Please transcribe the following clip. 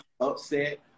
upset